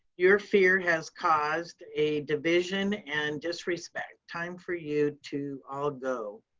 your fear has caused a division and disrespect. time for you to all go.